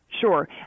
Sure